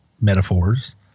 metaphors